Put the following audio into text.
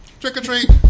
trick-or-treat